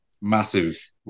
massive